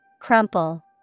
Crumple